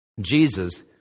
Jesus